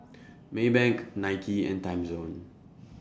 Maybank Nike and Timezone